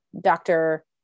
doctor